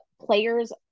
players